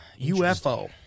UFO